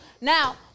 Now